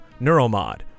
Neuromod